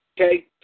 okay